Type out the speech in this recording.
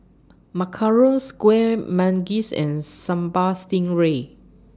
Macarons Kueh Manggis and Sambal Stingray